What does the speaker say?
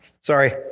Sorry